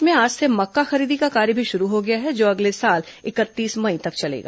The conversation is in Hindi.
प्रदेश में आज से मक्का खरीदी का कार्य भी शुरू हो गया है जो अगले साल इकतीस मई तक चलेगा